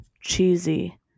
cheesy